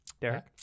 Derek